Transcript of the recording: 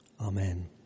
Amen